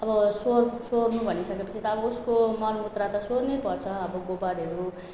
अब सोर सोहोर्नु भनिसकेपछि त अब उसको मलमूत्र त सोहोर्नैपर्छ अब गोबरहरू